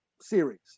series